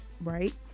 right